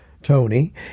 Tony